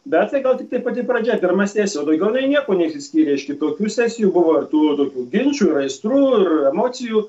bet tai gal tiktai pati pradžia pirma sesija o daugiau jinai niekuo neišsiskyrė iš kitokių sesijų buvo tų tokių ginčų ir aistrų ir emocijų